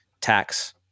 tax